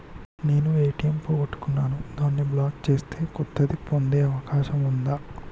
నేను ఏ.టి.ఎం పోగొట్టుకున్నాను దాన్ని బ్లాక్ చేసి కొత్తది పొందే అవకాశం ఉందా?